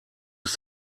ist